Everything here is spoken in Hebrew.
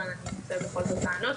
אבל אני אנסה לענות בכל זאת.